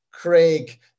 Craig